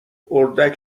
اردک